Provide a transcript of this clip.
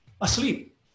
asleep